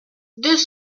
deux